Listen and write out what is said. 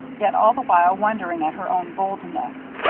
yet all the while wondering at her own boldness.